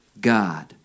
God